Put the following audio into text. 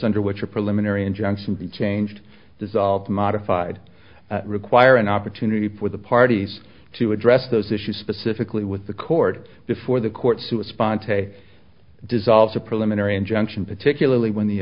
be changed dissolved modified require an opportunity for the parties to address those issues specifically with the court before the court to a spontaneous dissolves a preliminary injunction particularly when the